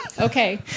Okay